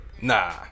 nah